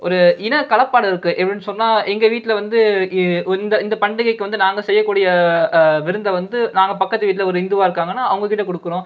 ஒரு இனக்களப்பாடிருக்கு எப்படின்னு சொன்னால் எங்கள் வீட்டில் வந்து இ ஒர் இந்த இந்த பண்டிகைக்கு வந்து நாங்கள் செய்யக்கூடிய விருந்தை வந்து நாங்கள் பக்கத்து வீட்டில் ஒரு இந்துவாக இருக்காங்கன்னால் அவங்க கிட்டே கொடுக்குறோம்